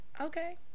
Okay